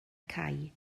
cae